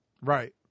Right